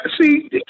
see